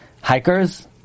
hikers